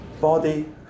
body